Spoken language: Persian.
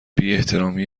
بیاحترامی